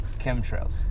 Chemtrails